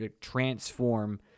transform